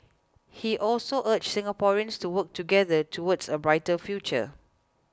he also urged Singaporeans to work together towards a brighter future